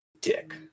Dick